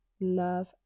love